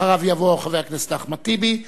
ואחריו יבוא חבר הכנסת אחמד טיבי.